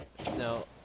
No